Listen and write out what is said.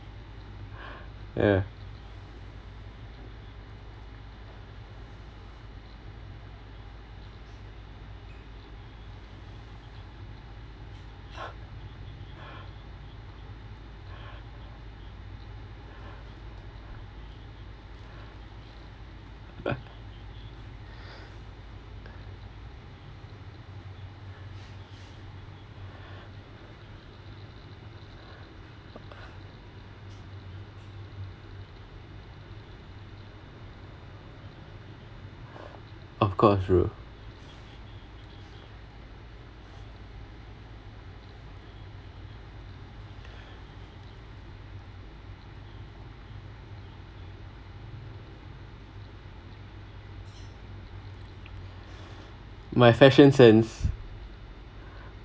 ya of course bro my fashion sense